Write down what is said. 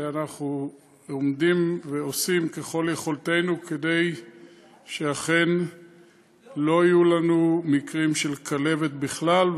ואנחנו עושים ככל יכולתנו כדי שאכן לא יהיו לנו מקרים של כלבת בכלל,